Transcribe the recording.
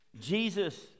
Jesus